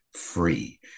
free